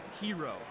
hero